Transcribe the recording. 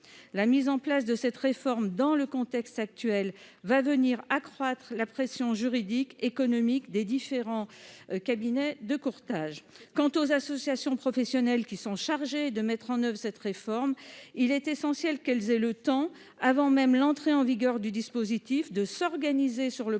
La mise en place de cette réforme, dans le contexte actuel, va venir accroître la pression juridique et économique sur les cabinets de courtage. Quant aux associations professionnelles qui sont chargées de mettre en oeuvre cette réforme, il est essentiel qu'elles aient le temps, avant même l'entrée en vigueur du dispositif, de s'organiser tant sur le plan